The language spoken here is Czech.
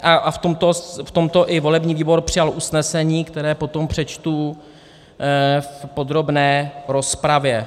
A v tomto i volební výbor přijal usnesení, které potom přečtu v podrobné rozpravě.